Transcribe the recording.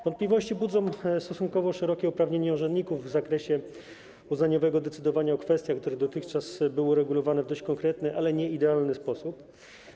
Wątpliwości budzą stosunkowo szerokie uprawnienia urzędników w zakresie uznaniowego decydowania o kwestiach, które dotychczas były uregulowane dość konkretnie, ale nie w sposób idealny.